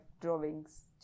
drawings